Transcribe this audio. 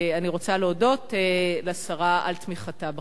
אני רוצה להודות לשרה על תמיכתה בחוק.